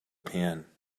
pan